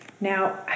Now